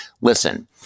listen